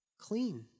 clean